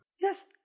Yes